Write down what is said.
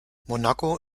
monaco